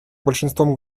большинством